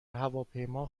هواپیما